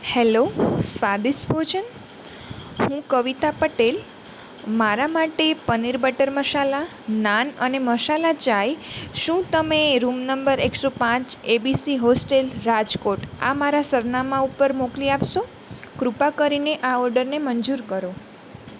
hello સ્વાદિષ્ટ ભોજન હું કવિતા પટેલ મારા માટે પનીર બટર મસાલા નાન અને મસાલા ચાય શું તમે રૂમ નંબર એકસો પાંચ એબીસી હોસ્ટેલ રાજકોટ આ મારા સરનામા ઉપર મોકલી આપશો કૃપા કરીને આ ઓર્ડરને મંજૂર કરો